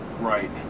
Right